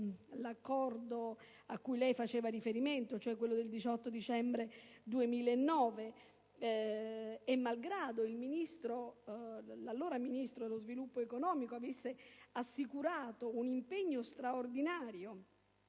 l'accordo a cui lei faceva riferimento, quello del 18 dicembre 2009, l'allora Ministro dello sviluppo economico aveva assicurato un impegno straordinario